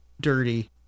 dirty